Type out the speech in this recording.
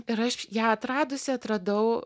ir aš ją atradusi atradau